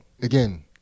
Again